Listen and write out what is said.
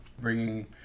bringing